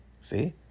see